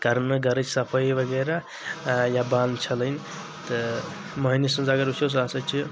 کرنہِ گرٕچ صفأیی وغیرہ یا بانہٕ چھلٕنۍ تہٕ مٔہنی سٕنٛز اگر وُچھو سُہ ہسا چھِ